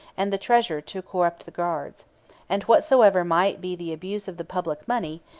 and the treasure to corrupt the guards and whatsoever might be the abuse of the public money,